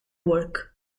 work